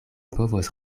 povos